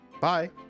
Bye